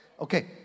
Okay